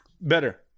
Better